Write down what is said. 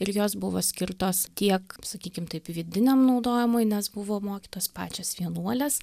ir jos buvo skirtos tiek sakykim taip vidiniam naudojimui nes buvo mokytos pačios vienuolės